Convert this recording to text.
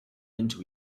into